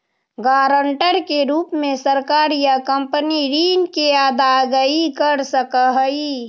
guarantor के रूप में सरकार या कंपनी ऋण के अदायगी कर सकऽ हई